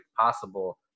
possible